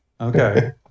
Okay